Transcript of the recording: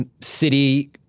City